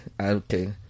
Okay